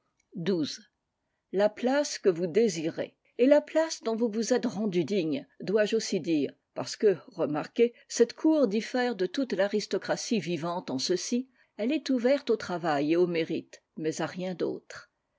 la place que vous désirez et la place dont vous vous êtes rendu digne dois-je aussi dire parce que remarquez cette cour difïère de toute l'aristocratie vivante en ceci elle est ouverte au travail et au mérite mais à rien